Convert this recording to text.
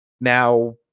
Now